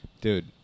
dude